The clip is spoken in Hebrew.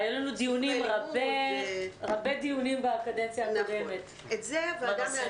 היו לנו הרבה דיונים על זה בקדנציה הקודמת, בכנסת